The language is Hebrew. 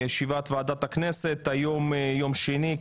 היום יום שני,